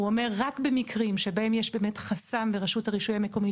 הוא אומר רק במקרים שבהם יש באמת חסם ברשות הרישוי המקומית,